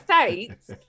states